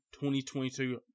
2022